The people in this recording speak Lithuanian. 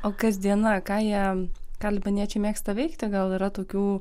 o kasdieną ką jie ką libaniečiai mėgsta veikti gal yra tokių